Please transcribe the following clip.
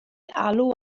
alw